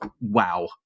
wow